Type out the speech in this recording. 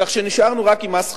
כך שנשארנו רק עם מס חברות.